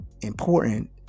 important